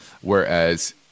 Whereas